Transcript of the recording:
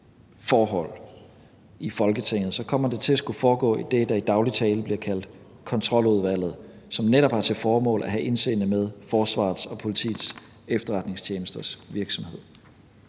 forhold i Folketinget, så kommer det til at skulle foregå i det, der i daglig tale bliver kaldt Kontroludvalget, som netop har til formål at have indseende med Forsvarets og Politiets Efterretningstjenesters virksomhed.